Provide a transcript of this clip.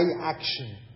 action